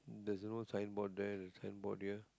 there's no signboard there signboard here